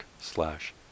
slash